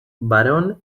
barón